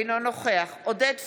אינו נוכח עודד פורר,